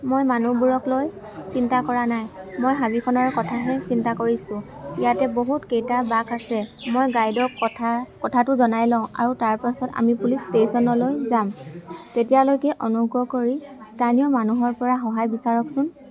মই মানুহবোৰকলৈ চিন্তা কৰা নাই মই হাবিখনৰ কথাহে চিন্তা কৰিছো ইয়াতে বহুত কেইটা বাঘ আছে মই গাইডক কথা কথাটো জনাই লওঁ আৰু তাৰ পাছত আমি পুলিচ ষ্টেশ্যনলৈ যাম তেতিয়ালৈকে অনুগ্ৰহ কৰি স্থানীয় মানুহৰ পৰা সহায় বিচাৰকচোন